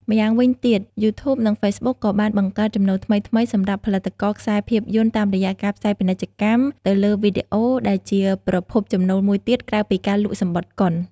ម្យ៉ាងវិញទៀត យូធូប និង ហ្វេសប៊ុក ក៏បាន បង្កើតចំណូលថ្មីៗ សម្រាប់ផលិតករខ្សែភាពយន្តតាមរយៈការផ្សាយពាណិជ្ជកម្មទៅលើវីដេអូ ដែលជាប្រភពចំណូលមួយទៀតក្រៅពីការលក់សំបុត្រកុន។